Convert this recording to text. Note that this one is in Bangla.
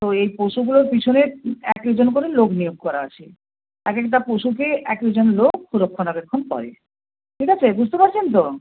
তো এই পশুগুলোর পিছনে এক একজন করে লোক নিয়োগ করা আছে এক একটা পশুকে এক একজন লোক রক্ষনাবেক্ষণ করে ঠিক আছে বুঝতে পারছেন তো